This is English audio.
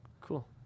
Cool